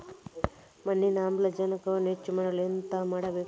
ಮಣ್ಣಿನಲ್ಲಿ ಆಮ್ಲಜನಕವನ್ನು ಹೆಚ್ಚು ಮಾಡಲು ಎಂತ ಮಾಡಬೇಕು?